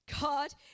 God